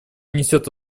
несет